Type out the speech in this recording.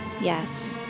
Yes